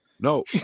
No